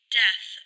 death